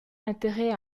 intérêt